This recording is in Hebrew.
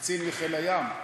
קצין בחיל הים.